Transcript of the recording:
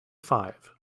five